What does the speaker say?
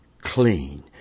clean